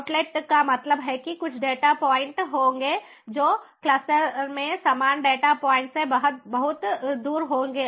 outlet का मतलब है कि कुछ डेटा पॉइंट होंगे जो क्लस्टर में समान डेटा पॉइंट से बहुत दूर होंगे